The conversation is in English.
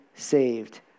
saved